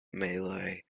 malay